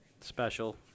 special